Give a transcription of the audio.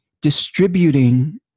distributing